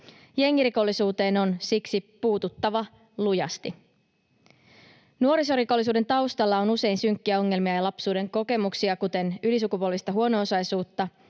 Jengirikollisuuteen on siksi puututtava lujasti. Nuorisorikollisuuden taustalla on usein synkkiä ongelmia ja lapsuuden kokemuksia, kuten ylisukupolvista huono-osaisuutta,